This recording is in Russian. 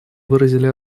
выразили